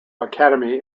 academy